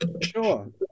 Sure